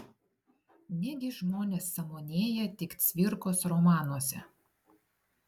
negi žmonės sąmonėja tik cvirkos romanuose